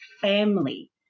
family